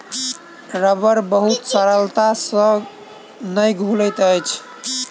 रबड़ बहुत सरलता से नै घुलैत अछि